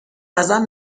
ازم